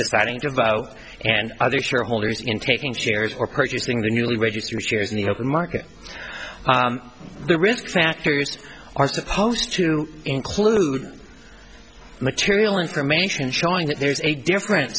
deciding to vote and other shareholders in taking shares or purchasing the newly registered shares in the open market the risk factors are supposed to include material information showing that there's a difference